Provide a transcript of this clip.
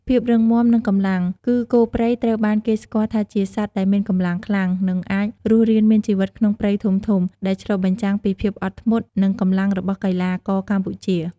ភាពរឹងមាំ និងកម្លាំង គឺគោព្រៃត្រូវបានគេស្គាល់ថាជាសត្វដែលមានកម្លាំងខ្លាំង និងអាចរស់រានមានជីវិតក្នុងព្រៃធំៗ ដែលឆ្លុះបញ្ចាំងពីភាពអត់ធ្មត់ និងកម្លាំងរបស់កីឡាករកម្ពុជា។